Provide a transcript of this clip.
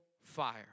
fire